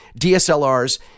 DSLRs